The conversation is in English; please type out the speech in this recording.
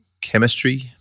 Chemistry